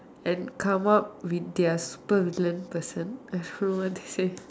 and come out with their super villain person I don't know what they say